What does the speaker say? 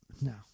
No